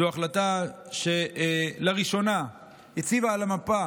זו החלטה שלראשונה הציבה על המפה